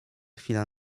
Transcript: chwila